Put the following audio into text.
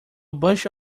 baixa